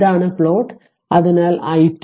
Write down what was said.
ഇതാണ് പ്ലോട്ട് അതിനാൽ i